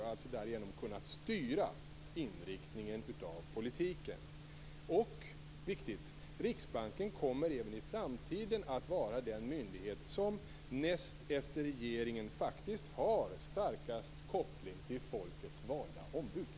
Därigenom skall riksdagen alltså kunna styra inriktningen av politiken. Viktigt är att Riksbanken också i framtiden kommer att vara den myndighet som näst efter regeringen faktiskt har starkast koppling till folkets valda ombud.